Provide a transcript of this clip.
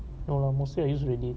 no lah mostly I use reddit